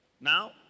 Now